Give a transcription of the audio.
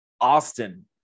Austin